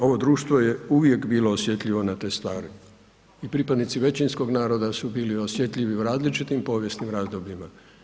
Ovo društvo je uvijek bilo osjetljivo na te stvari i pripadnici većinskoga naroda su bili osjetljivi u različitim povijesnim razdobljima.